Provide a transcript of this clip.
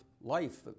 life